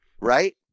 Right